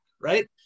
right